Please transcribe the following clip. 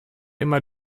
immer